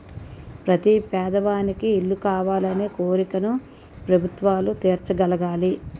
ప్రతి పేదవానికి ఇల్లు కావాలనే కోరికను ప్రభుత్వాలు తీర్చగలగాలి